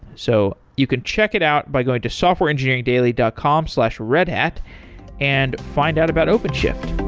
so you could check it out by going to softwareengineeringdaily dot com slash redhat and find out about openshift